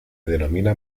denomina